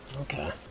Okay